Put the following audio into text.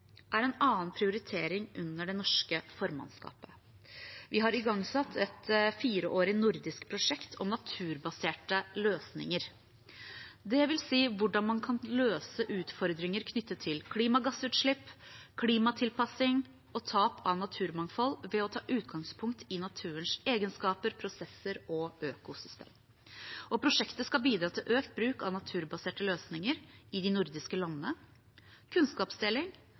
er en annen prioritering under det norske formannskapet. Vi har igangsatt et fireårig nordisk prosjekt om naturbaserte løsninger. Det vil si hvordan man kan løse utfordringer knyttet til klimagassutslipp, klimatilpassing og tap av naturmangfold ved å ta utgangspunkt i naturens egenskaper, prosesser og økosystemer. Prosjektet skal bidra til økt bruk av naturbaserte løsninger i de nordiske landene, kunnskapsdeling